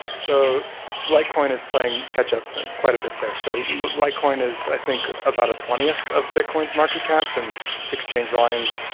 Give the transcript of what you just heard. so like is playing catch up quite a bit there. so litecoin is, i think, about a twentieth of bitcoin's market cap, and its exchange volume,